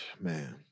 Man